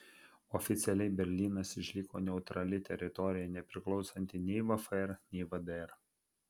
oficialiai berlynas išliko neutrali teritorija nepriklausanti nei vfr nei vdr